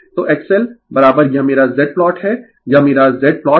तो XL यह मेरा Z प्लॉट है यह मेरा Z प्लॉट है